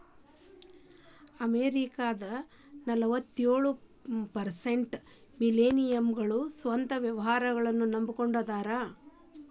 ಅಮೆರಿಕದ ನಲವತ್ಯೊಳ ಪರ್ಸೆಂಟ್ ಮಿಲೇನಿಯಲ್ಗಳ ಸ್ವಂತ ವ್ಯವಹಾರನ್ನ ನಂಬಕೊಂಡ ಅದಾರ